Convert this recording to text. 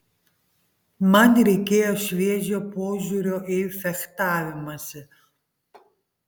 man reikėjo šviežio požiūrio į fechtavimąsi